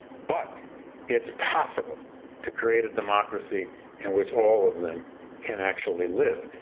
but it's possible to create a democracy in which all of them can actually live.